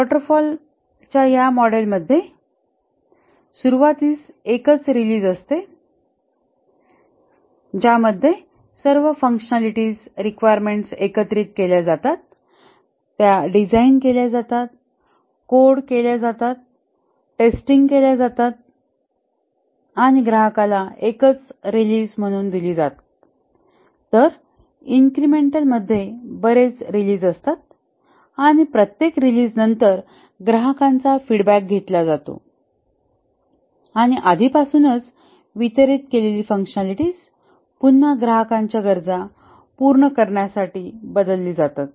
water fall च्या मॉडेलमध्ये सुरुवातीस एकच रिलीज असते ज्यामध्ये सर्व फँकशनलिटीज रिक्वायरमेंट्स एकत्रित केल्या जातात डिझाइन केल्या जातात कोड केल्या जातात टेस्टिंग केल्या जातात आणि ग्राहकाला एकच रीलिझ म्हणून दिली जातात तर इन्क्रिमेंटल मध्ये बरीच रीलीझ असतात आणि प्रत्येक रिलीझ नंतर ग्राहकांचा फीडबॅक घेतला जातो आणि आधीपासून वितरित केलेली फँकशनलिटीज पुन्हा ग्राहकांच्या गरजा पूर्ण करण्यासाठी बदलली जातात